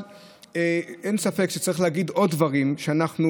אבל אין ספק שצריך להגיד עוד דברים שאנחנו